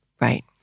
Right